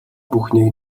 бүхнийг